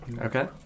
Okay